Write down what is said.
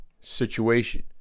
situation